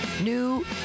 new